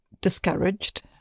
discouraged